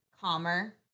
calmer